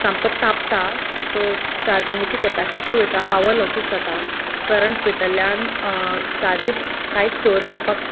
सामको तापता सो चार्जींगेची केपेसीटी वयता पावर लोसस जाता करणट्स भितरल्यान चार्जस कांयच स्टोर जावपाक